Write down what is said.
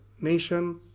nation